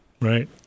right